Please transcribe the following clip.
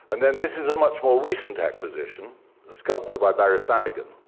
and then this is a much more recent acquisition, a sculpture by barry flanagon.